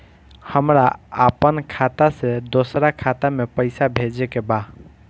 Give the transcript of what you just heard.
हमरा आपन खाता से दोसरा खाता में पइसा भेजे के बा